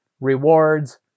rewards